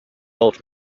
old